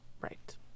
right